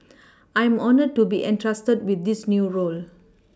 I am honoured to be entrusted with this new role